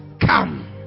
Come